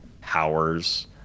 powers